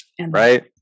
right